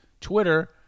Twitter